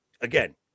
again